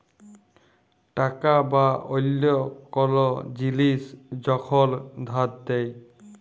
টাকা বা অল্য কল জিলিস যখল ধার দেয়